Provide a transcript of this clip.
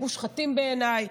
מושחתים בעיניי,